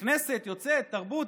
נכנסת ויוצאת, תרבות.